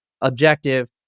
objective